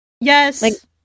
Yes